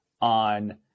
on